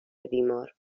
بیمار